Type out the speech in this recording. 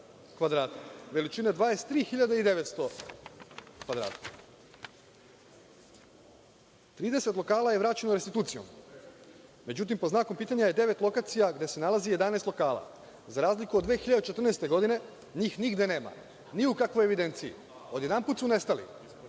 veličine 23.900 kvadrata. Trideset lokala je vraćeno restitucijom. Međutim, pod znakom pitanja je devet lokacija gde se nalazi 11 lokala. Za razliku od 2014. godine, njih nigde nema, ni u kakvoj evidenciji. Odjedanput su nestali,